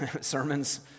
sermons